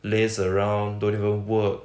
laze around don't even work